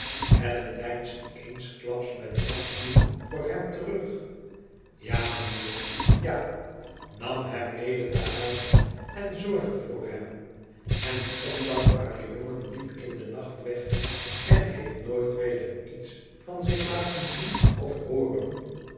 allan deinst eensklaps met afschuw voor hem terug ja mijnheer ja nam hem mede naar huis en zorgde voor hem en die ondankbare jongen liep in den nacht weg en heeft nooit weder iets van zich laten zien of hoorén